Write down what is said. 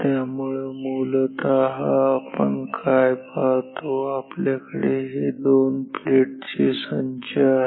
त्यामुळे मूलतः आपण काय पाहतो आपल्याकडे हे दोन प्लेट्स चे संच आहेत